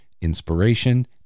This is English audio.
inspiration